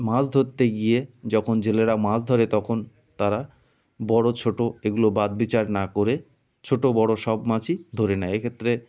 মাছ ধরতে গিয়ে যখন জেলেরা মাছ ধরে তখন তারা বড় ছোট এগুলো বাছবিচার না করে ছোট বড় সব মাছই ধরে নেয় এক্ষেত্রে